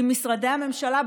עם משרדי הממשלה,